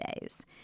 days